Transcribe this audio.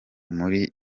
muri